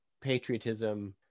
patriotism